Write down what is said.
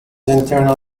internal